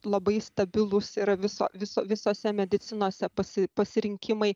labai stabilus yra viso viso visose medicinose pasirinkimai